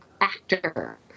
actor